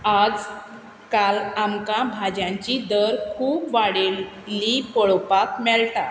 आज काल आमकां भाज्यांची दर खूब वाडेल्ली पोळोपाक मेळटा